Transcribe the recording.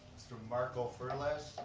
mr. marco ferlez.